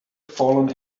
fallen